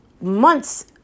months